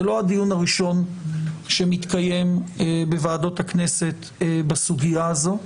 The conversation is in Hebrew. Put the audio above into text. זה לא הדיון הראשון שמתקיים בוועדות הכנסת בסוגייה הזו,